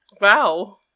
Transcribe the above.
Wow